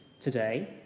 today